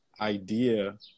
idea